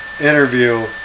interview